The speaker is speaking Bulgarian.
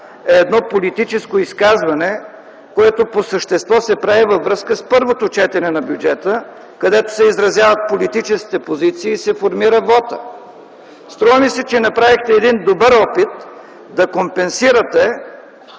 е едно политическо изказване, което по същество се прави във връзка с първото четене на бюджета, където се изразяват политическите позиции и се формира вотът. Струва ми се, че направихте един добър опит да компенсирате